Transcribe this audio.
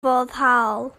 foddhaol